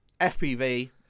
FPV